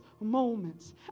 moments